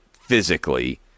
physically